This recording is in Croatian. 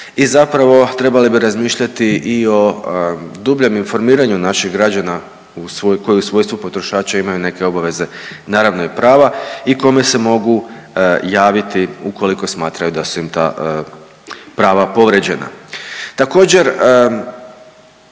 i zapravo trebali bi razmišljati i o dubljem informiranju naših građana u svoj, koji u svojstvu potrošača imaju neke obaveze, naravno i prava i kome se mogu javiti ukoliko smatraju da su im ta prava povrijeđena.